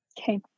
Okay